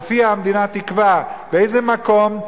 ולפיה המדינה תקבע באיזה מקום,